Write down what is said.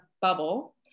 bubble